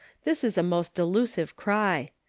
this is a most delusive cry.